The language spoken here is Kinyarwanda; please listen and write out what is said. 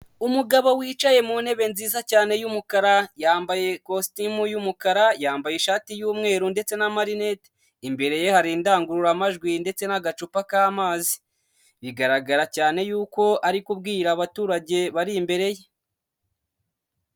Umugabo wicaye mu ntebe nziza cyane y'umukara yambaye ikositimu y'umukara, yambaye ishati y'umweru ndetse n'amarinete, imbere ye hari indangururamajwi ndetse n'agacupa k'amazi bigaragara cyane yuko ari kubwira abaturage bari imbere ye.